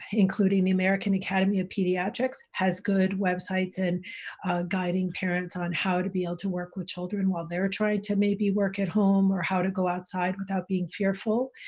including the american academy of pediatrics has good websites in guiding parents on how to be able to work with children while they're trying to maybe work at home, or how to go outside without being fearful,